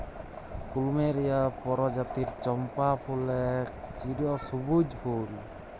plumeria পরজাতির চম্পা ফুল এক চিরসব্যুজ ফুল